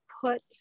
put